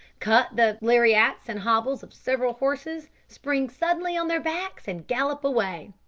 cut the laryats and hobbles of several horses, spring suddenly on their backs, and gallop away.